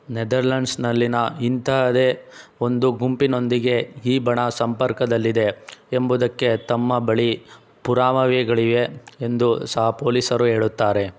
ನೆದರ್ಲ್ಯಾಂಡ್ಸ್ನಲ್ಲಿನ ಇಂತಹುದೆ ಒಂದು ಗುಂಪಿನೊಂದಿಗೆ ಈ ಬಣ ಸಂಪರ್ಕದಲ್ಲಿದೆ ಎಂಬುದಕ್ಕೆ ತಮ್ಮ ಬಳಿ ಪುರಾವೆಗಳಿಗೆ ಎಂದೂ ಸಹ ಪೊಲೀಸರು ಹೇಳುತ್ತಾರೆ